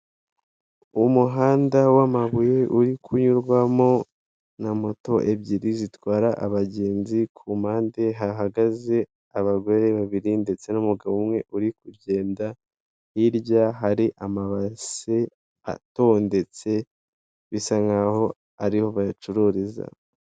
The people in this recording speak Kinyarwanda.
Umuhanda w'amabuye uri kunyurwamo na moto ebyiri zitwara abagenzi kumpande hahagaze abagore babiri ndetse n'umugabo umwe uri kugenda hirya hari amabase atondetse bisa nk'aho ariho bayacururiza.